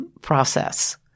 process